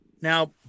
Now